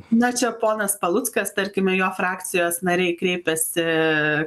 na čia ponas paluckas tarkime jo frakcijos nariai kreipėsi